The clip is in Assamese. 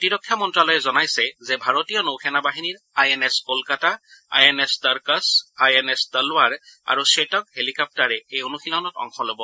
প্ৰতিৰক্ষা মন্ত্ৰ্যালয়ে জনাইছে যে ভাৰতীয় নৌসেনা বাহিনীৰ I N S Kolkata I N S Tarkash I N S Talwar আৰু ধ্বেটক হেলিকপ্তাৰে এই অনুশীলনত অংশ ল'ব